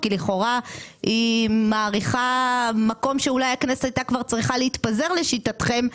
כי לכאורה היא מאריכה מקום שאולי הכנסת הייתה צריכה כבר להתפזר לשיטתכם,